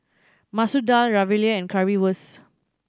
Masoor Dal Ravioli and Currywurst